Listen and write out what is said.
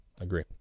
Agree